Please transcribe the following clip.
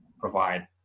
provide